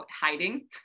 hiding